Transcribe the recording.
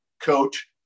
Coach